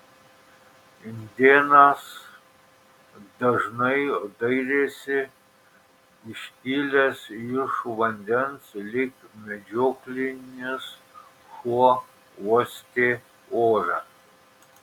indėnas dažnai dairėsi iškilęs iš vandens lyg medžioklinis šuo uostė orą